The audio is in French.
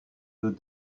feux